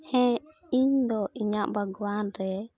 ᱦᱮᱸ ᱤᱧᱫᱚ ᱤᱧᱟᱹᱜ ᱵᱟᱜᱽᱣᱟᱱ ᱨᱮ